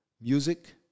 music